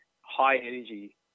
high-energy